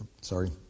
sorry